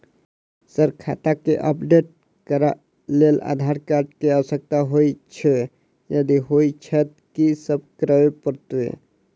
Sir खाता केँ update करऽ लेल आधार कार्ड केँ आवश्यकता होइ छैय यदि होइ छैथ की सब करैपरतैय?